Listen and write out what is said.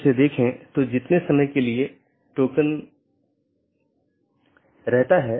या एक विशेष पथ को अमान्य चिह्नित करके अन्य साथियों को विज्ञापित किया जाता है